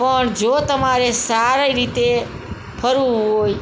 પણ જો તમારે સારી રીતે ફરવું હોય